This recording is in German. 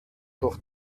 durch